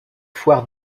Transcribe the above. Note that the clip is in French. foires